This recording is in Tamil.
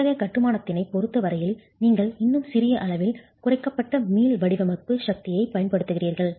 அத்தகைய கட்டுமானத்தினைப் பொறுத்த வரையில் நீங்கள் இன்னும் சிறிய அளவில் குறைக்கப்பட்ட மீள் வடிவமைப்பு சக்தியைப் பயன்படுத்துகிறீர்கள்